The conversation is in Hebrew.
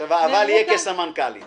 כסמנכ"לית ישראכרט.